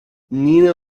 nina